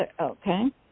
Okay